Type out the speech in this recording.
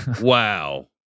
Wow